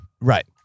Right